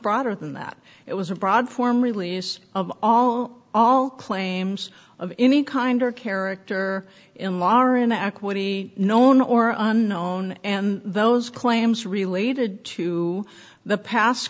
broader than that it was a broad form release of all all claims of any kind or character in law are an act would be known or unknown and those claims related to the pass